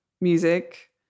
music